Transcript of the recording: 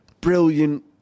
brilliant